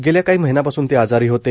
गेल्या काही महिन्यांपासून ते आजारी होते